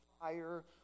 fire